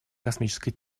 космической